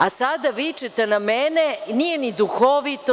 A sada vičete na mene, nije ni duhovito.